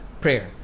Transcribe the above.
prayer